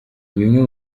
bimwe